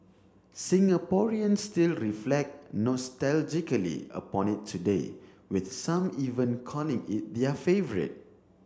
Singaporeans still reflect nostalgically upon it today with some even calling it their favourite